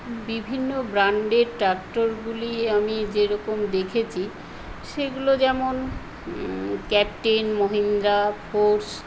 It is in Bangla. বিভিন্ন ব্র্যান্ডের ট্রাক্টরগুলি আমি যেরকম দেখেছি সেগুলো যেমন ক্যাপ্টেন মহিন্দ্রা ফোর্স